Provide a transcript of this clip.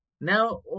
now